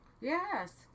Yes